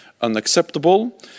unacceptable